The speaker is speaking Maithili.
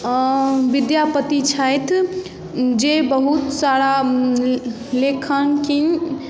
विद्यापति छथि जे बहुत सारा लेखन कि